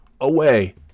away